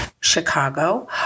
Chicago